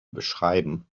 beschreiben